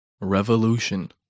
Revolution